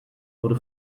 wurde